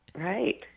Right